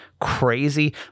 crazy